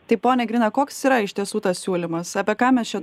tai pone grina koks yra iš tiesų tas siūlymas apie ką mes čia